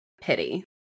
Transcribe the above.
pity